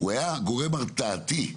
הוא היה גורם הרתעתי,